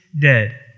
dead